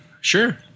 Sure